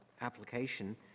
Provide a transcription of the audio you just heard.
application